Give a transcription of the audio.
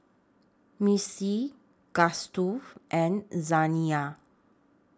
Mistie Gustav and Zaniyah